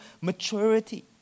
maturity